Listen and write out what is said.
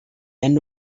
end